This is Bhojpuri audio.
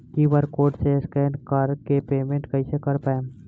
क्यू.आर कोड से स्कैन कर के पेमेंट कइसे कर पाएम?